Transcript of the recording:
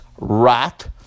rat